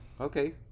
Okay